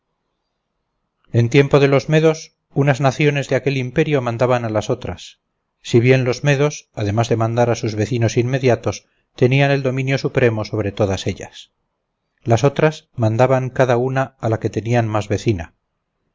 en tiempo de los medos unas naciones de aquel imperio mandaban a las otras si bien los medos además de mandar a sus vecinos inmediatos tenían el dominio supremo sobre todas ellas las otras mandaban cada una a la que tenían más vecina